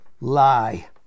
Lie